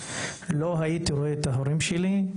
לא ראיתי את ההורים שלי,